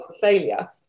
failure